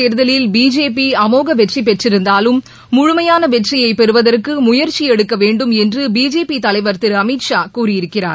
தேர்தலில் பிஜேபிஅமோகவெற்றிபெற்றிருந்தாலும் மக்களவைத் முழுமையானவெற்றியைபெறுவதற்குமுயற்சிளடுக்கவேண்டும் என்றுபிஜேபிதலைவர் திருஅமித் ஷா கூறியிருக்கிறார்